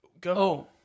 go